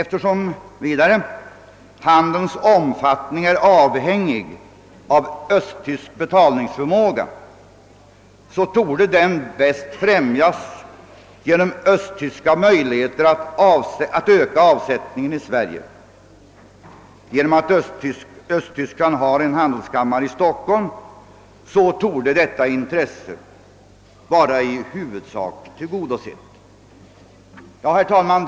Vidare är handelns omfattning avhängig av Östtysklands betalningsförmåga, och denna torde bäst främjas genom östtyska åtgärder för att åstadkomma ökad avsättning för sina produkter i Sverige. Eftersom Östtyskland har en handelskammare i Stockholm torde detta intresse vara i huvudsak tillgodosett. Herr talman!